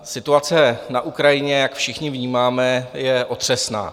Situace na Ukrajině, jak všichni vnímáme, je otřesná.